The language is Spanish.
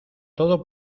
todo